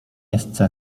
jest